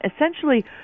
Essentially